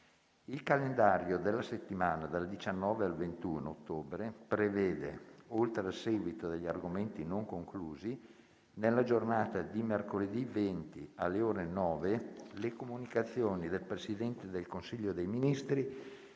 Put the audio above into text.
Il calendario della settimana dal 19 al 21 ottobre prevede - oltre al seguito degli argomenti non conclusi - nella giornata di mercoledì 20, alle ore 9, le comunicazioni del Presidente del Consiglio dei ministri